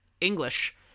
English